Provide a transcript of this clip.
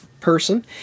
person